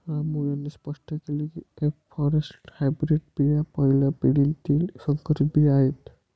रामू यांनी स्पष्ट केले की एफ फॉरेस्ट हायब्रीड बिया पहिल्या पिढीतील संकरित बिया आहेत